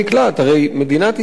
הרי מדינת ישראל,